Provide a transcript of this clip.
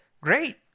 Great